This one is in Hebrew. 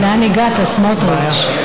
לאן הגעת, סמוטריץ?